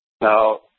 Now